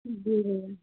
जी भैया